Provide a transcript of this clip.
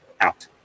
out